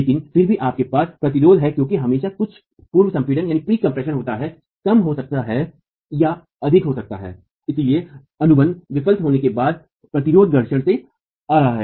लेकिन फिर भी आपके पास प्रतिरोध है क्योंकि हमेशा कुछ पूर्व संपीडन होता है कम हो सकता है या यह अधिक हो सकता है और इसलिए अनुबंध विफल होने के बाद प्रतिरोध घर्षण से आ रहा है